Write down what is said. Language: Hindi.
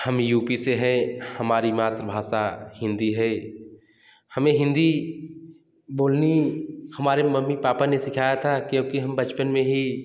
हम यू पी से हैं हमारी मात्र भाषा हिंदी है हमें हिंदी बोलनी हमारे मम्मी पापा ने सिखाया था क्योंकि हम बचपन में ही